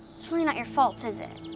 it's really not your fault, is it?